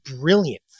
brilliant